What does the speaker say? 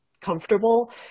comfortable